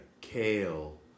kale